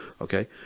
Okay